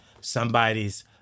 somebody's